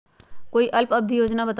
कोई अल्प अवधि योजना बताऊ?